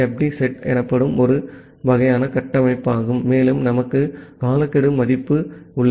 D set எனப்படும் ஒரு வகையான கட்டமைப்பாகும் மேலும் நமக்கு காலக்கெடு மதிப்பு உள்ளது